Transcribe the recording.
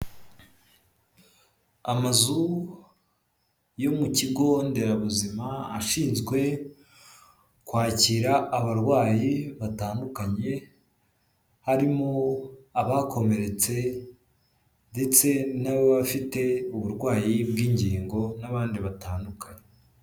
Amazu yo mu kigo nderabuzima ashinzwe kwakira abarwayi batandukanye, harimo abakomeretse ndetse n'abafite uburwayi bw'ingingo n'abandi batandukanye.